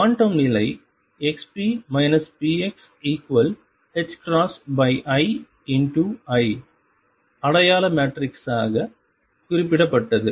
quantum நிலை xp pxiI அடையாள மெட்ரிஸாக குறிப்பிடப்பட்டது